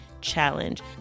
challenge